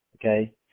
okay